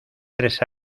tres